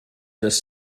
just